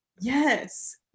yes